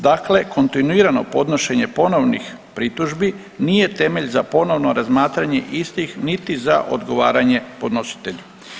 Dakle, kontinuirano podnošenje ponovnih pritužbi nije temelj za ponovno razmatranje istih niti za odgovaranje podnositelju.